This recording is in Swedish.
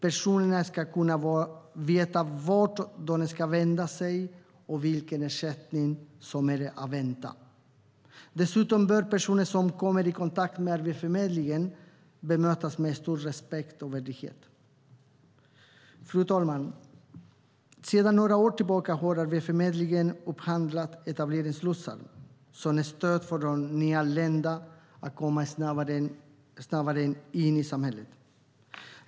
Personer ska kunna veta vart de ska vända sig och vilken ersättning som är att vänta. Dessutom bör de personer som kommer i kontakt med Arbetsförmedlingen bemötas med stor respekt och värdighet. Fru talman! Sedan några år tillbaka har Arbetsförmedlingen upphandlat etableringslotsar som stöd för de nyanlända att komma snabbare in i samhället.